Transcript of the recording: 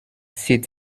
zieht